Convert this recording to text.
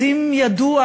אז אם ידעו,